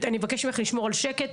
אני מבקשת לשמור על שקט,